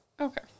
Okay